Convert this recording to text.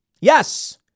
Yes